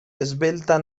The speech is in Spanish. esbelta